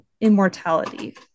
immortality